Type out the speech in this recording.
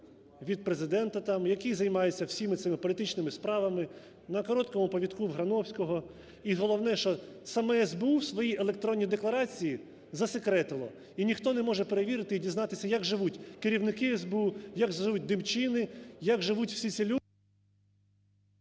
від Президента там, який займається всіма цими політичними справами, на короткому повідку в Грановського. І головне, що саме СБУ в своїй електронній декларації засекретило і ніхто не може перевірити і дізнатися, як живуть керівники СБУ, як живуть демчини, як живуть всі ці люди…